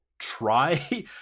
try